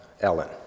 Ellen